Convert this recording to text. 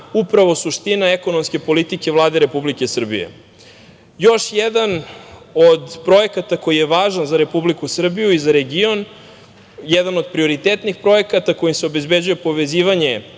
upravo suština ekonomske politike Vlade Republike Srbije. Još jedan od projekata koji je važan za Republiku Srbiju i za region, jedan od prioritetnih projekata kojim se obezbeđuje povezivanje